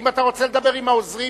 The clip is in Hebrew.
אם אתה רוצה לדבר עם העוזרים,